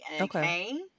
okay